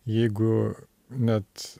jeigu net